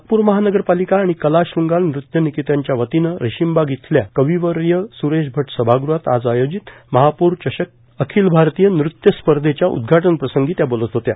नागपूर महानगरपालिका आणि कलाशृंगार नृत्य निकेतनच्या वतीने रेशीमबाग येथील कविवर्य सुरेश अट सभागृहात आज आयोजित महापौर चषक अखिल आरतीय नृत्य स्पर्धेच्या उद्घाटन प्रसंगी त्या बोलत होत्या